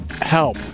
Help